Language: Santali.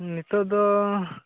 ᱱᱤᱛᱳᱜ ᱫᱚ